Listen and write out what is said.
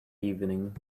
evening